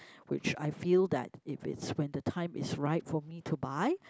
which I feel that if it's when the time is right for me to buy